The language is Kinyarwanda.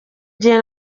gihe